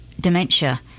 dementia